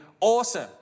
Awesome